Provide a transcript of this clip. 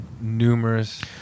numerous